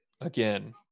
again